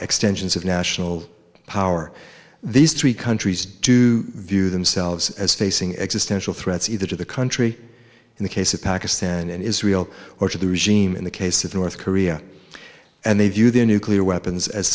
extensions of national power these three countries do view themselves as facing existential threats either to the country in the case of pakistan and israel or to the regime in the case of north korea and they view their nuclear weapons as